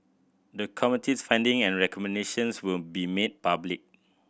the Committee's finding and recommendations will be made public